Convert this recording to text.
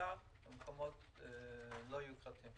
בעיקר במקומות לא יוקרתיים.